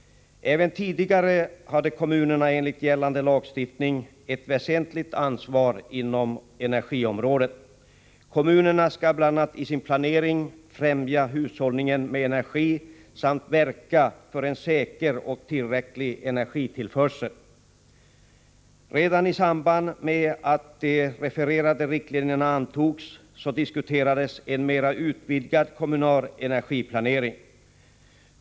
Även tidigare hade kommunerna enligt gällande lagstiftning ett väsentligt ansvar inom energiområdet. Kommunerna skall bl.a. i sin planering främja hushållningen med energi samt verka för en säker och tillräcklig energitillförsel. Redan i samband med att de refererade riktlinjerna antogs diskuterades en mera utvidgad kommunal energiplanering.